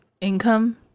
income